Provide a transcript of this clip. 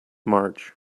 march